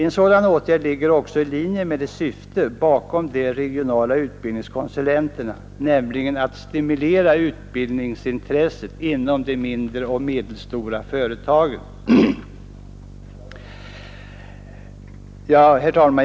En sådan åtgärd ligger också i linje med syftet bakom de regionala utbildningskonsulenterna, nämligen att stimulera utbildningsintresset inom de mindre och medelstora företagen. Herr talman!